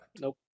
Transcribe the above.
Nope